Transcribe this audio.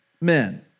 men